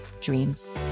dreams